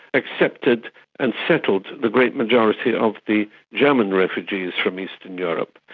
accepted and settled the great majority of the german refugees from eastern europe.